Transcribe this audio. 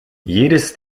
jedes